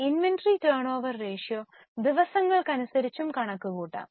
inventory turnover ratio ദിവസങ്ങൾക് അനുസരിച്ചും കണക്കു കൂട്ടാം